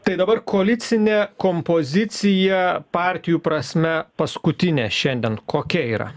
tai dabar koalicinė kompozicija partijų prasme paskutinė šiandien kokia yra